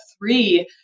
three